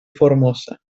formosa